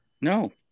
No